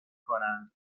کنند